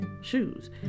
shoes